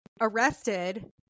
arrested